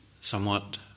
somewhat